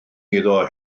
iddo